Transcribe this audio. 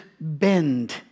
bend